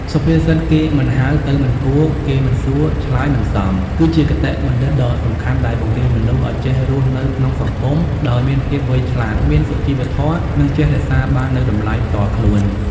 សុភាសិត «គេមិនហៅ ទៅមិនគួរ គេមិនសួរ ឆ្លើយមិនសម» គឺជាគតិបណ្ឌិតដ៏សំខាន់ដែលបង្រៀនមនុស្សឲ្យចេះរស់នៅក្នុងសង្គមដោយមានភាពវៃឆ្លាត មានសុជីវធម៌ និងចេះរក្សាបាននូវតម្លៃផ្ទាល់ខ្លួន។